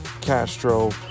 Castro